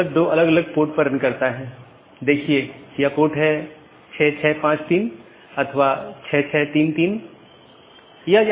यदि हम अलग अलग कार्यात्मकताओं को देखें तो BGP कनेक्शन की शुरुआत और पुष्टि करना एक कार्यात्मकता है